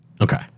Okay